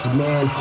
man